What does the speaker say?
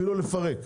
אפילו לפרק.